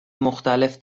مختلف